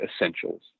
essentials